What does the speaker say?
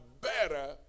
better